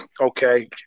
Okay